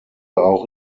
auch